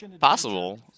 possible